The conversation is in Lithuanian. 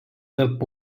tarp